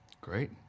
Great